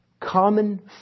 common